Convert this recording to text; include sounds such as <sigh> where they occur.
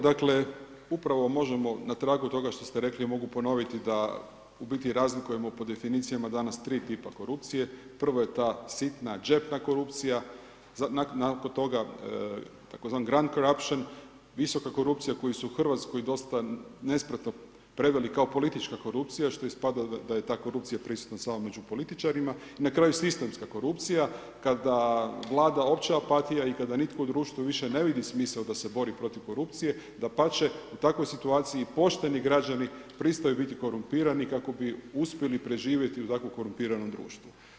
Dakle, upravo možemo na tragu toga što ste rekli, ja mogu ponoviti, da u biti razlikujemo po definiciji danas 3 tipa korupcije, prva je ta sitna, džepna korupcija, nakon toga, tzv. … <unintelligible> visoka korupcija, koji su u Hrvatskoj dosta nespretno prevali kao politička korupcija, što ispada da je ta korupcija prisutna samo među političarima i na kraju sistemska korupcija, kada vlada opća opatija i kada nitko u društvu ne vidi više smisao da se bori protiv korupcije, dapače, u takvoj situaciji, pošteni građani, pristaju biti korumpirani kako bi uspjeli preživjeti u takvom korumpiranom društvu.